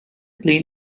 plain